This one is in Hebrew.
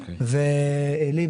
ועלי,